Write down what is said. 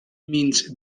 means